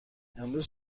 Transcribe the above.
امروز